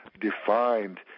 defined